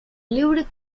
lived